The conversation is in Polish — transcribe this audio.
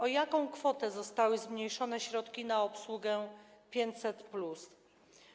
O jaką kwotę zostały zmniejszone środki na obsługę 500+?